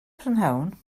prynhawn